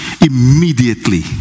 immediately